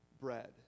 bread